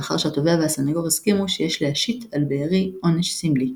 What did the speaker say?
לאחר שהתובע והסניגור הסכימו שיש להשית על בארי עונש סמלי.